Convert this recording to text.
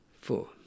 four